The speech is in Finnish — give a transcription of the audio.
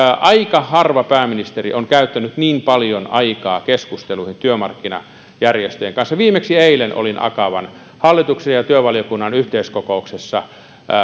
aika harva pääministeri on käyttänyt niin paljon aikaa keskusteluihin työmarkkinajärjestöjen kanssa viimeksi eilen olin akavan hallituksen ja työvaliokunnan yhteiskokouksessa